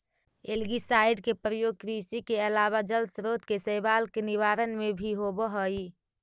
algicide के प्रयोग कृषि के अलावा जलस्रोत के शैवाल के निवारण में भी होवऽ हई